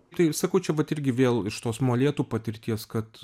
tai sakau čia vat irgi vėl iš tos molėtų patirties kad